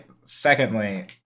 Secondly